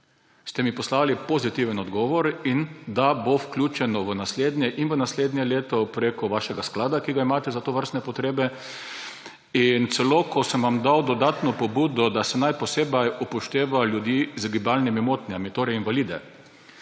ste mi poslali pozitiven odgovor in da bo vključeno v naslednje leto prek vašega sklada, ki ga imate za tovrstne potrebe. In celo ko sem vam dal dodatno pobudo, da naj se posebej upošteva ljudi z gibalnimi motnjami, torej invalide,